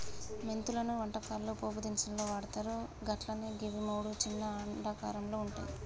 మెంతులను వంటకాల్లో పోపు దినుసుగా వాడ్తర్ అట్లనే గివి మూడు చిన్న అండాకారంలో వుంటయి